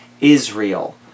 Israel